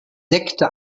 sekte